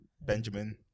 Benjamin